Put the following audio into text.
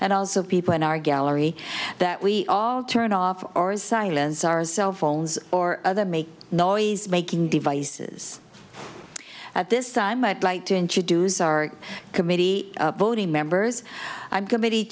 and also people in our gallery that we all turn off or silence our cell phones or other make noise making devices at this time i'd like to introduce our committee voting members i'm committee